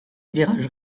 virage